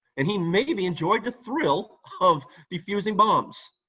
and he maybe enjoyed the thrill of defusing bombs.